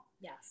Yes